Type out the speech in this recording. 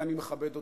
ואני מכבד אותם.